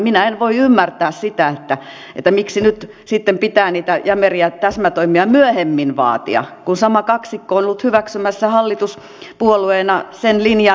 minä en voi ymmärtää sitä miksi nyt sitten myöhemmin pitää niitä jämeriä täsmätoimia vaatia kun sama kaksikko on ollut hyväksymässä hallituspuolueena juuri sen linjan